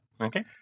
Okay